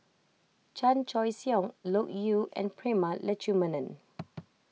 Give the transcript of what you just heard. Chan Choy Siong Loke Yew and Prema Letchumanan